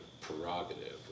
prerogative